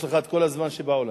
יש לך כל הזמן בעולם.